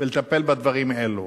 ולטפל בדברים האלו.